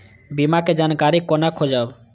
बीमा के जानकारी कोना खोजब?